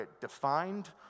defined